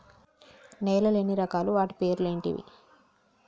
నేలలు ఎన్ని రకాలు? వాటి పేర్లు ఏంటివి?